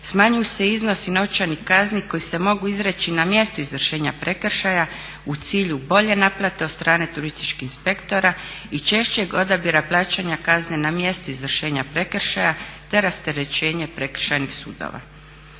Smanjuju se iznosi novčanih kazni koji se mogu izreći na mjestu izvršenja prekršaja u cilju bolje naplate od strane turističkih inspektora i češćeg odabira plaćanja kazne na mjestu izvršenja prekršaja, te rasterećenje prekršajnih sudova.